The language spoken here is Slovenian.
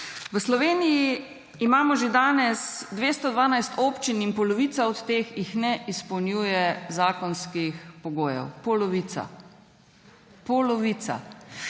V Sloveniji imamo že danes 212 občin in polovica od teh jih ne izpolnjuje zakonskih pogojev, polovica. V